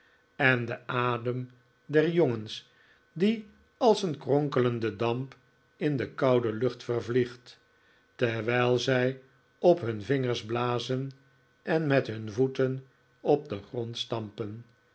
en den adem der jongens die als een kronkelende damp in de koude lucht vervliegt terwijl zij op hun vingers blazen en met hun voeten op den grond stampen